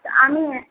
আমি